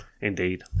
Indeed